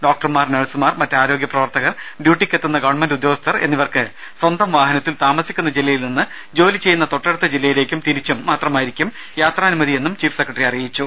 ഡോക്ടർമാർ നഴ്സുമാർ മറ്റ് ആരോഗ്യ പ്രവർത്തകർ ഡ്യൂട്ടിക്കെത്തുന്ന ഗവൺമെന്റ് ഉദ്യോഗസ്ഥർ എന്നിവർക്ക് സ്വന്തം വാഹനത്തിൽ താമസിക്കുന്ന ജില്ലയിൽ നിന്ന് ജോലി ചെയ്യുന്ന തൊട്ടടുത്ത ജില്ലയിലേക്കും തിരിച്ചും മാത്രമായിരിക്കും യാത്രാനുമതിയെന്നും ചീഫ് സെക്രട്ടറി പറഞ്ഞു